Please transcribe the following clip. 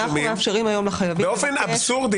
באופן אבסורדי